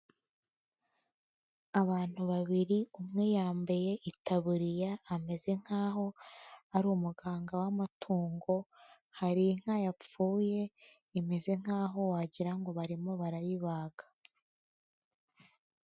Abantu babiri umwe yambaye itaburiya ameze nkaho, ari umuganga w'amatungo, hari inka yapfuye imeze nkaho aho wagira ngo barimo barayibaga.